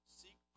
seek